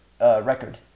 record